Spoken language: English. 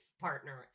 partner